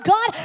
God